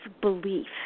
belief